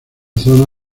zona